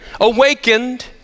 awakened